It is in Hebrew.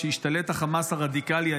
כשהחמאס הרדיקלי,